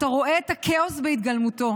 אתה רואה את הכאוס בהתגלמותו.